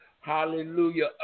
hallelujah